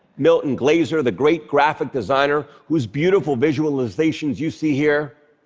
milton glaser, the great graphic designer whose beautiful visualizations you see here,